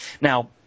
Now